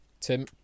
Tim